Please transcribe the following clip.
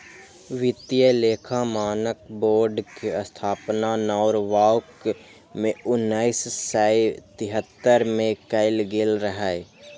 वित्तीय लेखा मानक बोर्ड के स्थापना नॉरवॉक मे उन्नैस सय तिहत्तर मे कैल गेल रहै